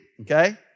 okay